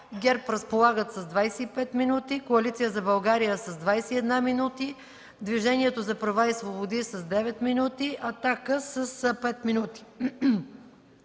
ГЕРБ разполагат с 25 минути, Коалиция за България – с 21 минути; Движението за права и свободи – с 9 минути; „Атака” – с 5 минути.